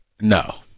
No